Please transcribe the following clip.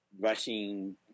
rushing